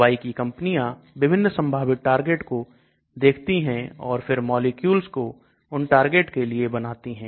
दवाई की कंपनियां विभिन्न संभावित टारगेट को देखती हैं और फिर मॉलिक्यूल को उन टारगेट के लिए बनाती हैं